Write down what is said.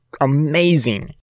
amazing